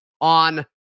on